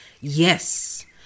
Yes